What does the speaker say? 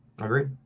Agreed